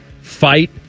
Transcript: fight